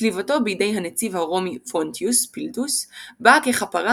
צליבתו בידי הנציב הרומי פונטיוס פילטוס באה ככפרה